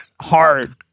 Hard